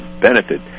benefit